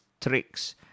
Tricks